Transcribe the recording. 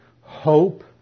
hope